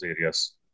areas